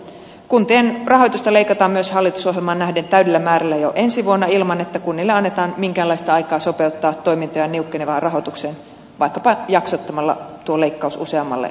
kuntien rahoitusta leikataan myös hallitusohjelmaan nähden täydellä määrällä jo ensi vuonna ilman että kunnille annetaan minkäänlaista aikaa sopeuttaa toimintoja niukkenevaan rahoitukseen vaikkapa jaksottamalla tuo leikkaus useammalle vuodelle